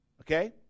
Okay